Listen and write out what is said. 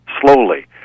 slowly